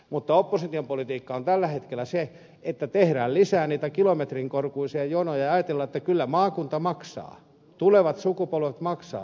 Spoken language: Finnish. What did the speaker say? mutta opposition politiikka on tällä hetkellä se että tehdään lisää niitä kilometrin korkuisia jonoja ja ajatellaan että kyllä maakunta maksaa tulevat sukupolvet maksavat